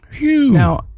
Now